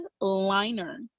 liner